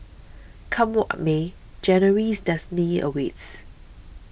come what may January's destiny awaits